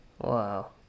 Wow